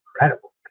incredible